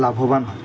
লাভবান হয়